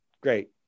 Great